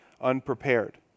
unprepared